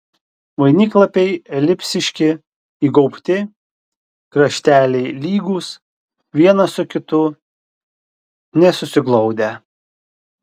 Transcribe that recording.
vainiklapiai elipsiški įgaubti krašteliai lygūs vienas su kitu nesusiglaudę